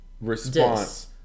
response